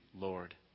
Lord